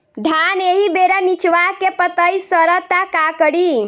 धान एही बेरा निचवा के पतयी सड़ता का करी?